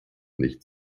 nicht